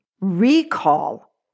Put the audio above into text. recall